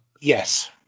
Yes